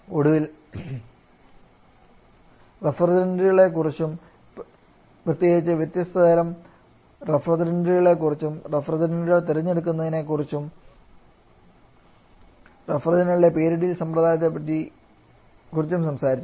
ഒടുവിൽ റഫ്രിജറന്റുകളെക്കുറിച്ചും പ്രത്യേകിച്ച് വ്യത്യസ്ത തരം റഫ്രിജറന്റുകളെക്കുറിച്ചും റഫ്രിജറന്റുകൾ തിരഞ്ഞെടുക്കുന്നതിനെ ക്കുറിച്ചും സംസാരിച്ചു